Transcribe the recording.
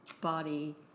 body